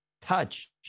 touch